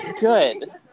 good